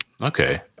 Okay